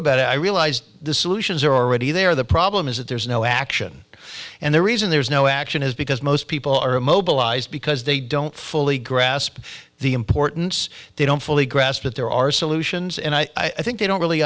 about it i realized the solutions are already there the problem is that there's no action and the reason there's no action is because most people are immobilized because they don't fully grasp the importance they don't fully grasp that there are solutions and i think they don't really